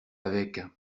avec